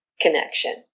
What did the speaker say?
connection